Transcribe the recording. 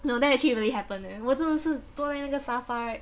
no that actually really happen leh 我真的是坐在那个沙发 right